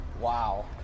Wow